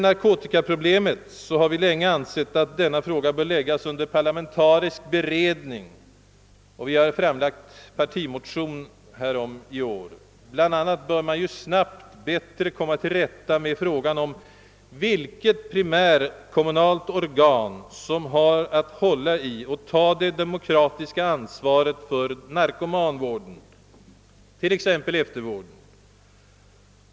Vi har länge ansett att narkotikaproblemen bör läggas under parlamentarisk beredning, och vi har framlagt en partimotion med detta yrkande som delförslag i år. Bl.a. bör man snabbt försöka att bättre komma till rätta med frågan om vilket primärkommunalt organ som har att hålla i och ta det demokratiska ansvaret för narkomanvården, t.ex. eftervården.